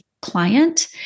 client